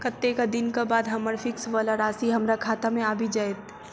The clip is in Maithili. कत्तेक दिनक बाद हम्मर फिक्स वला राशि हमरा खाता मे आबि जैत?